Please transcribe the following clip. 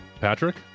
Patrick